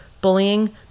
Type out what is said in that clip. bullying